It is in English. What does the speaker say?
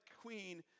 queen